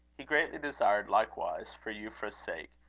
he greatly desired, likewise, for euphra's sake,